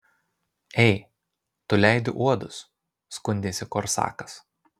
ei tu leidi uodus skundėsi korsakas